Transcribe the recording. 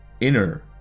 inner